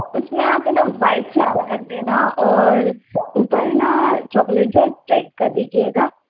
उस में आप है ना वाइट फ़्लावर रख देना और ऊपर है ना चॉकलेट जो है स्प्रेड कर दीजिएगा